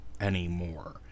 anymore